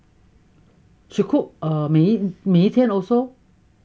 she cook err 每每一天 also